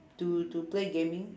to to play gaming